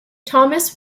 thomas